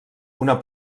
una